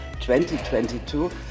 2022